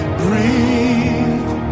breathe